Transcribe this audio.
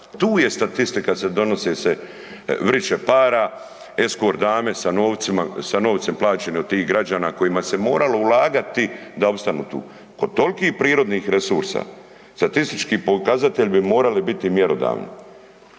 Tu je statistika se donosi se vriće para, eskort dame sa novcima, sa novcem plaćan od tih građana kojima se moralo ulagati da opstanu tu. Kod tolikih prirodnih resursa, statistički pokazatelji bi morali biti mjerodavni.